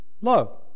Love